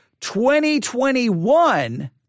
2021